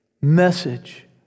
message